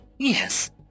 Yes